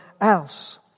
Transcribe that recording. else